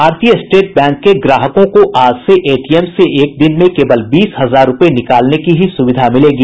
भारतीय state bank के ग्राहकों को आज से एटीएम से एक दिन में केवल बीस हजार रूपये निकालने की ही सुविधा मिलेगी